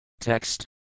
Text